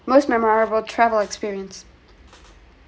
most memorable travel experience